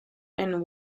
and